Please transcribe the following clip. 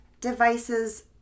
devices